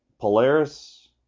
Polaris